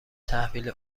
تحویل